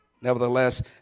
Nevertheless